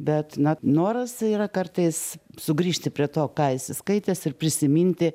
bet na noras yra kartais sugrįžti prie to ką esi skaitęs ir prisiminti